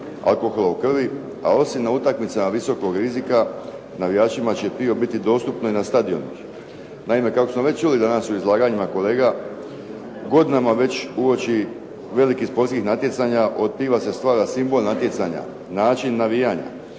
alkohola u krvi, a osim na utakmicama visokog rizika, navijačima će dio biti dostupno i na stadionu. Naime, kako smo već čuli u izlaganjima kolega godinama već uoči velikih sportskih natjecanja od piva se stvara simbol natjecanja, način navijanja.